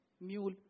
mule